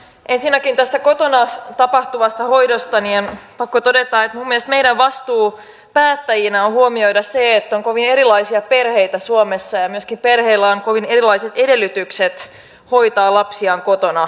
ensinnäkin tästä kotona tapahtuvasta hoidosta on pakko todeta että minun mielestäni meidän vastuumme päättäjinä on huomioida se että on kovin erilaisia perheitä suomessa ja myöskin perheillä on kovin erilaiset edellytykset hoitaa lapsiaan kotona